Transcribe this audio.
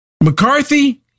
McCarthy